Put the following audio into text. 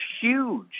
huge